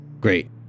Great